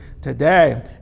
today